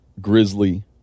grizzly